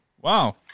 Wow